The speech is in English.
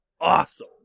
awesome